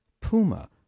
Puma